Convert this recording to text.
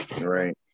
Right